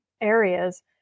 areas